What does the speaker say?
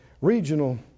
regional